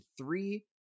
three